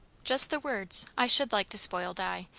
just the words. i should like to spoil di.